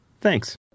Thanks